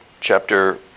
chapter